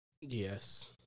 yes